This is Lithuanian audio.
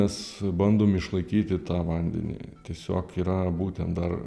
mes bandom išlaikyti tą vandenį tiesiog yra būtent dar